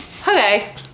okay